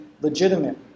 legitimate